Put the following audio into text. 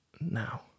now